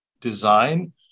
design